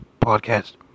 podcast